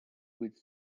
with